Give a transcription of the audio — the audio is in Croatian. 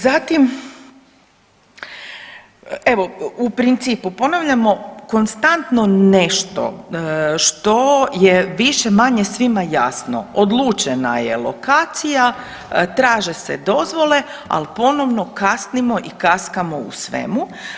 Zatim, evo u principu ponavljamo konstantno nešto što je više-manje svima jasno, odlučena je lokacija, traže se dozvole ali ponovno kasnimo i kaskamo u svemu.